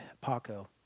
Paco